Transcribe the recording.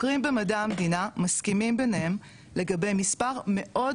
חוקרים במדעי המדינה מסכימים ביניהם לגבי מספר מאוד